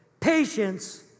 Patience